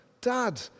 dad